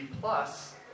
plus